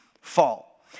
fall